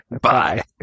Bye